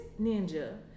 ninja